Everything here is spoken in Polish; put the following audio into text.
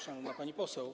Szanowna Pani Poseł!